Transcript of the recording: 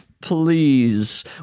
Please